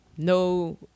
No